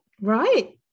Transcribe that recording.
right